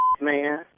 man